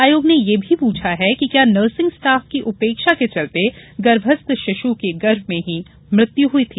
आयोग ने यह भी पूछा है कि क्या नर्सिंग स्टॉफ की उपेक्षा के चलते गर्मस्थ शिशु की गर्भ में ही मृत्यु हुई थी